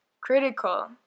critical